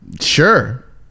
Sure